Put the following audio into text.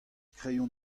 kreion